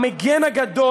המגן הגדול,